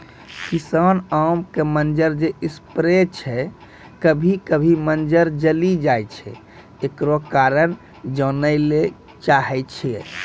किसान आम के मंजर जे स्प्रे छैय कभी कभी मंजर जली जाय छैय, एकरो कारण जाने ली चाहेय छैय?